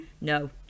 No